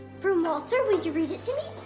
from walter? will you read it to me?